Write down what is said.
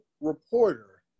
reporter